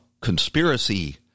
conspiracy